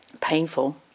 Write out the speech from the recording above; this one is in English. painful